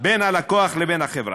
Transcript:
בין הלקוח לבין החברה.